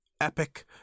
epic